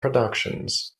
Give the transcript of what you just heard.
productions